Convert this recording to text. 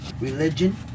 religion